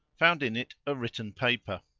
found in it a written paper.